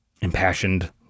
impassioned